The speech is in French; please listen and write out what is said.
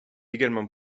également